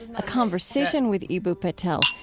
a conversation with eboo patel,